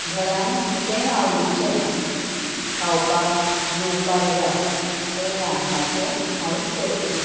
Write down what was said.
घरान कितेंय आवडीचें खावपाक जेवपाक जाय तें रांदपाचें हांवूच करतां